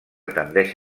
tendeix